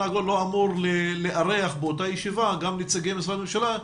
העגול לא אמור לארח באותה ישיבה גם את נציגי משרדי הממשלה.